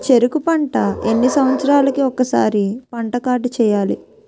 చెరుకు పంట ఎన్ని సంవత్సరాలకి ఒక్కసారి పంట కార్డ్ చెయ్యాలి?